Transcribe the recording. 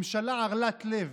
ממשלה ערלת לב,